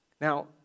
Now